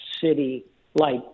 city-like